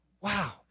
wow